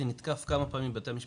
זה נתקף כמה פעמים ע"י בתי המשפט,